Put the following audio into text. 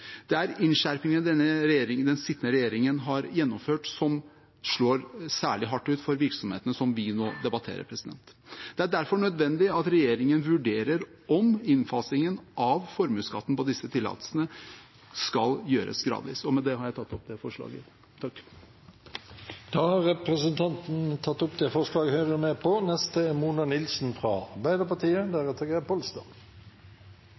den sittende regjeringen har gjennomført som slår særlig hardt ut for virksomhetene vi nå debatterer. Det er derfor nødvendig at regjeringen vurderer om innfasingen av formuesskatten på disse tillatelsene skal gjøres gradvis. Med det tar jeg opp forslaget Høyre er med på. Representanten Mahmoud Farahmand har tatt opp det forslaget han refererte til. La meg starte med å si at havbruksnæringen er